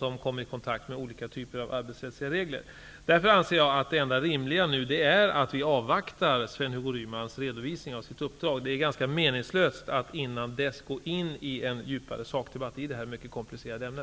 Man kommer där i kontakt med olika typer av arbetsrättsliga regler. Jag anser därför att det enda rimliga är att vi avvaktar Sven-Hugo Rymans redovisning av sitt uppdrag. Det är ganska meningslöst att innan dess gå in i en djupare sakdebatt i detta mycket komplicerade ämne.